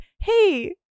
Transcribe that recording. Hey